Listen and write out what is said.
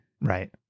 Right